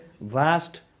vast